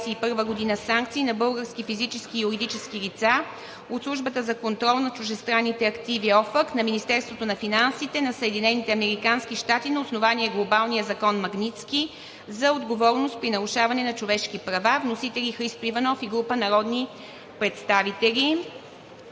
юни 2021 г. санкции на български физически и юридически лица от Службата за контрол на чуждестранните активи (OFAC) на Министерството на финансите на Съединените американски щати на основание Глобалния закон „Магнитски“ за отговорност при нарушаване на човешки права. Вносители – Христо Иванов и група народни представители.